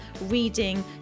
reading